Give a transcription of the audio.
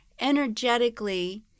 energetically